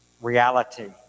reality